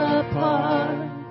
apart